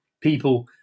people